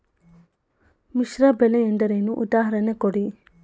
ಮಿಶ್ರ ಬೆಳೆ ಎಂದರೇನು, ಉದಾಹರಣೆ ಕೊಡಿ?